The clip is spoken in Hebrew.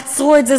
עצרו את זה,